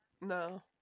No